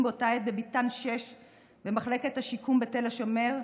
באותה עת בביתן 6 במחלקת השיקום בתל השומר,